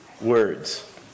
words